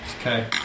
Okay